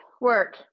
Work